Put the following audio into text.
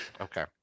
Okay